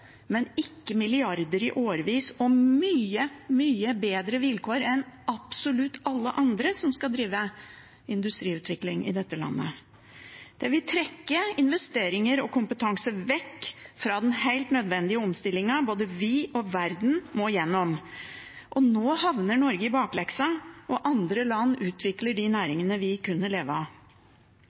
men ikke milliarder i årevis og mye, mye bedre vilkår enn absolutt alle andre som skal drive industriutvikling i dette landet. Det vil trekke investeringer og kompetanse vekk fra den helt nødvendige omstillingen både vi og verden må igjennom. Nå havner Norge i bakleksa, og andre land utvikler de næringene vi kunne levd av.